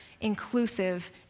inclusive